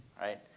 right